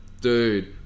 Dude